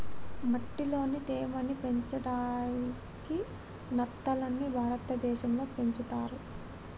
మట్టిలోని తేమ ని పెంచడాయికి నత్తలని భారతదేశం లో పెంచుతర్